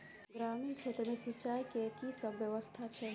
ग्रामीण क्षेत्र मे सिंचाई केँ की सब व्यवस्था छै?